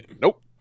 Nope